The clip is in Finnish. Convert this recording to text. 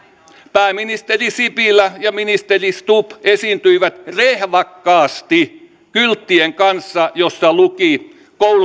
pääministeri sipilä ja ministeri stubb esiintyivät rehvakkaasti kylttien kanssa joissa luki